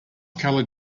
colored